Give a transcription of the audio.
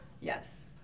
Yes